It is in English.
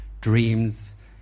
dreams